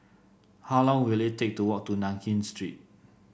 how long will it take to walk to Nankin Street